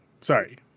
sorry